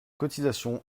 cotisations